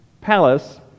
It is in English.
palace